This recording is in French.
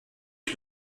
que